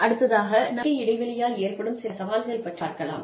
அடுத்ததாக நம்பிக்கை இடைவெளியால் ஏற்படும் சில சவால்கள் பற்றிப் பார்க்கலாம்